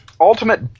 ultimate